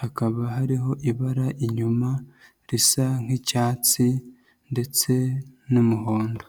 hakaba hariho ibara inyuma risa nk'icyatsi ndetse n'umuhondo.